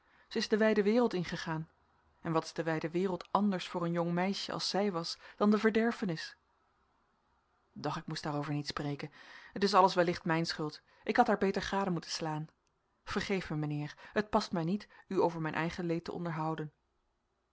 zij is de wijde wereld ingegaan en wat is de wijde wereld anders voor een jong meisje als zij was dan de verderfenis doch ik moest daarover niet spreken het is alles wellicht mijn schuld ik had haar beter gade moeten slaan vergeef mij mijnheer het past mij niet u over mijn eigen leed te onderhouden